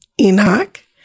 Enoch